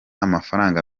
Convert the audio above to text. amafaranga